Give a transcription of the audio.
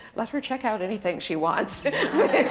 let her check out anything she wants.